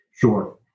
Sure